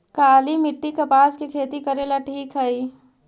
काली मिट्टी, कपास के खेती करेला ठिक हइ?